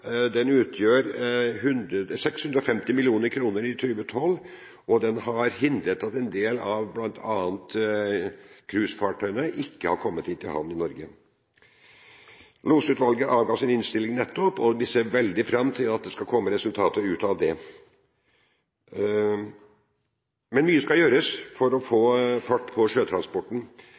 Den utgjorde 650 mill. kr i 2012 – og har bl.a. gjort at en del av cruisefartøyene ikke har kommet inn til havn i Norge. Losutvalget kom nettopp med sin utredning, og vi ser veldig fram til at det skal komme resultater ut av den. Men mye skal gjøres for å få fart på sjøtransporten.